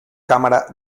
cámara